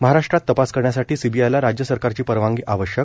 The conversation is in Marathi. महाराष्ट्रात तपास करण्यासाठी सीबीआयला राज्य सरकारची परवानगी आवश्यक